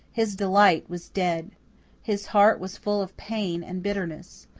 his delight was dead his heart was full of pain and bitterness.